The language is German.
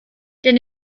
denn